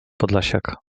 podlasiak